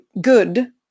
Good